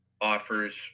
offers